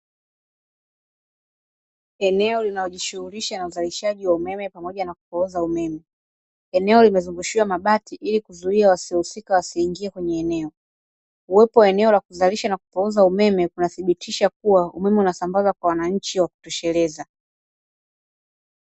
Eneo linalojishughulisha na uzalishaji wa umeme pamoja na kupooza umeme, eneo limezungushiwa mabati ili kuzuia wasiohusika wasiingie kwenye eneo, uwepo wa eneo la kuzalisha na kupooza umeme kunathibitisha kuwa umeme unasambazwa kwa wananchi wa kutosheleza.